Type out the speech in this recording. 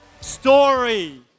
Story